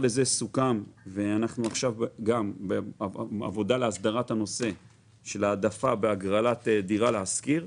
אנחנו עכשיו בעבודה להסדרת הנושא של העדפה בהגרלת דירה להשכיר.